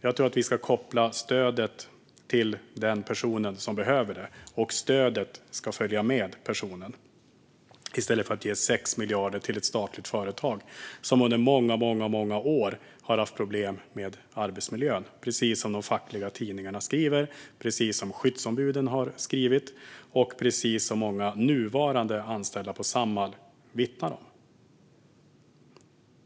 Jag tror att vi ska koppla stödet till den person som behöver det, och stödet ska följa med personen, i stället för att man ger 6 miljarder kronor till ett statligt företag som under många år har haft problem med arbetsmiljön. Precis detta har de fackliga tidningarna och skyddsombuden skrivit om, och precis detta vittnar många av de nuvarande anställda på Samhall om.